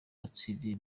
watsindiye